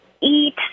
eat